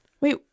Wait